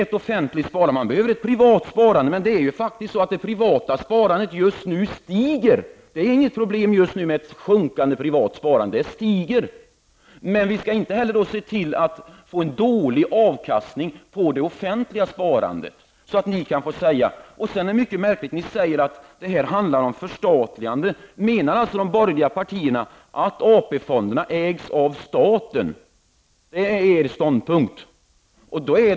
Man behöver både ett privat sparande och ett offentligt sparande, men just nu stiger faktiskt det privata sparandet. Ett sjunkande sparande är alltså just nu inget problem. Vi skall se till att det inte blir en dålig avkastning på det offentliga sparandet. Ni för vidare ett mycket märkligt resonemang om att det här handlar om förstatligande. Menar alltså de borgerliga partierna att AP-fonderna ägs av staten? Är det er ståndpunkt?